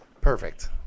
perfect